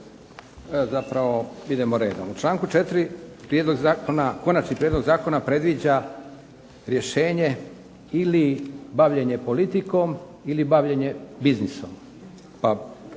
zapravo idemo redom. U članku 4. Konačni prijedlog zakona predviđa rješenje ili bavljenje politikom ili bavljenje biznisom.